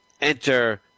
Enter